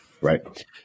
right